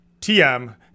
TM